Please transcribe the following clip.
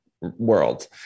world